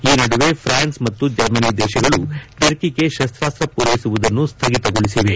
ಈ ನಡುವೆ ಫ್ರಾನ್ಸ್ ಮತ್ತು ಜರ್ಮನಿ ದೇಶಗಳು ಟರ್ಕಿಗೆ ಶಸ್ತಾಸ್ತ ಪೂರೈಸುವುದನ್ನು ಸ್ಥಗಿತಗೊಳಿಸಿವೆ